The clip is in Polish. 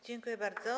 Dziękuję bardzo.